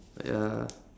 ya